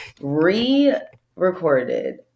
re-recorded